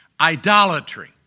idolatry